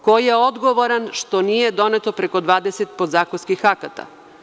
Ko je odgovoran što nije doneto preko 20 podzakonskih akata?